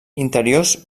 interiors